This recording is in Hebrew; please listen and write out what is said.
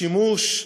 שימוש,.